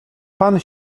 pan